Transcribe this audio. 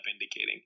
indicating